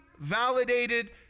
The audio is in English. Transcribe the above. validated